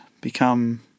become